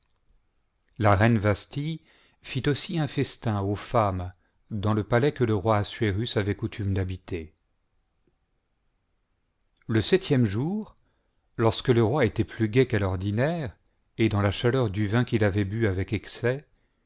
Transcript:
la reine vasthi fit aussi un festin aux femmes dans le palais que le roi assuérus avait coutume d'habiter le septième jour lorsque le roi était plus gai qu'à l'ordinaire et dans la chaleur du vin qu'il avait bu avec excès